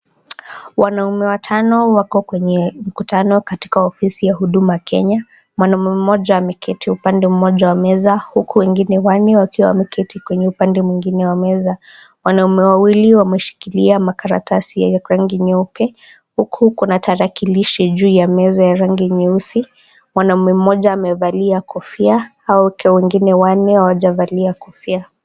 Wanaume watano wako kwenye mkutano katika ofisi huduma Kenya. Mwanaume mmoja ameketi upande mmoja wa meza huku wengine wanne wakiwa wameketi upande mwingine wa meza . wanaume wawili washekilia makaratasi yenye rangi nyeupe. Huku kuna tarakilishi juu ya meza yenye rangi nyeusi . Mwanaume mmoja amevalia kofia hao wote wengine wanne wajevalia kofia.